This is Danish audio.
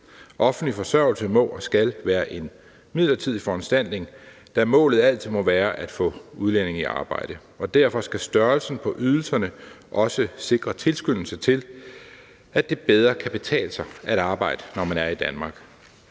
Offentlig forsørgelse må og skal være en midlertidig foranstaltning, da målet altid må være at få udlændinge i arbejde, og derfor skal størrelsen på ydelserne også sikre tilskyndelse til, at det bedre kan betale sig at arbejde, når man er i Danmark.